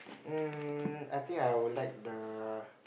um I think I would like the